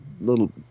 Little